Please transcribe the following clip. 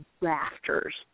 rafters